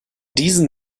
diesen